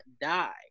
die